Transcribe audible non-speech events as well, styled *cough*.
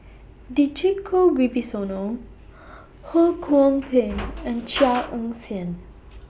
Djoko Wibisono Ho Kwon Ping and *noise* Chia Ann Siang